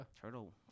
Turtle